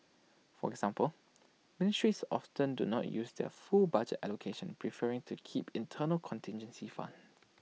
for example ministries often do not use their full budget allocations preferring to keep internal contingency funds